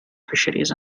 fisheries